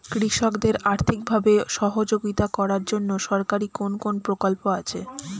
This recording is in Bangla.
কৃষকদের আর্থিকভাবে সহযোগিতা করার জন্য সরকারি কোন কোন প্রকল্প আছে?